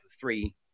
three